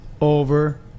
over